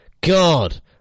God